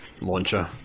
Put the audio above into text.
launcher